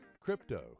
Crypto